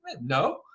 No